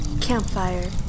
Campfire